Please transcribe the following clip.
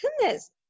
goodness